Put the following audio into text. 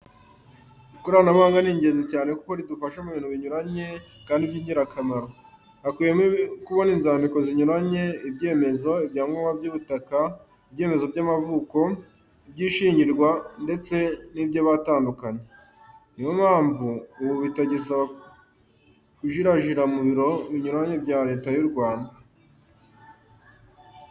Ikoranabuhanga ni ingenzi cyane, koko ridufasha mu bintu binyuranye kandi byingirakamaro. Hakubiyemo kubona inzandiko zinyuranye, ibyemezo, ibyangombwa by'ubutaka, ibyemezo by'amavuko, iby'ishyingirwa ndetse n'iby'abatandukanye. Ni yo mpamvu ubu bitagisaba kujirajira mu biro binyuranye bya Leta y'u Rwanda.